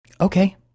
okay